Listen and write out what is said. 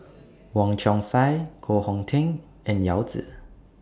Wong Chong Sai Koh Hong Teng and Yao Zi